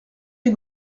des